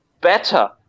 better